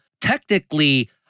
technically